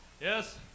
Yes